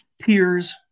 peers